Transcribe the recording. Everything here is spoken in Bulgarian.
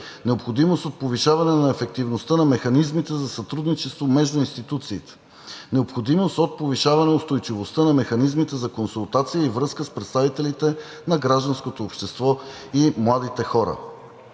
необходимост от повишаване на ефективността на механизмите за сътрудничество между институциите; необходимост от повишаване устойчивостта на механизмите за консултации и връзка с представителите на гражданското общество и младите хора.